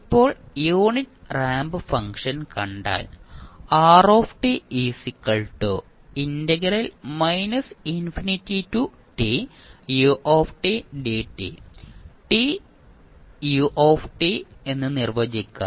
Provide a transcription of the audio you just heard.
ഇപ്പോൾ unit ramp function കണ്ടാൽ r നിർവചിക്കാം